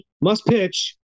must-pitch